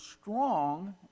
strong